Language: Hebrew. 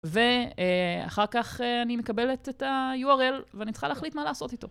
ואחר כך אני מקבלת את ה־URL ואני צריכה להחליט מה לעשות איתו.